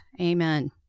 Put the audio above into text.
Amen